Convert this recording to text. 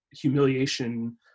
humiliation